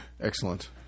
Excellent